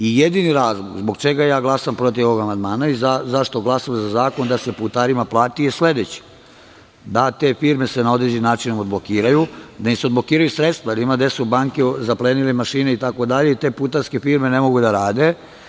Jedini razlog zbog čega glasam protiv ovog amandmana i zašto glasamo za zakon da se putarima plati je sledeći, da se te firme na određeni način odblokiraju, da im se odblokiraju sredstva, jer ima gde su banke zaplenile mašine itd, i te putarske firme ne mogu da rade.